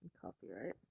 Copyright